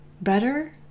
better